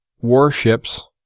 warships